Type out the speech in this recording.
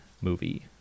movie